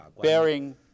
bearing